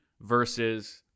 versus